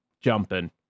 jumping